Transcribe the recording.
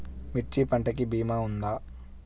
మిర్చి పంటకి భీమా ఉందా?